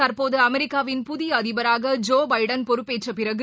தற்போது அமெரிக்காவின் புதியஅதிபராகஜோ பைடன் பொறுப்பேற்றபிறகு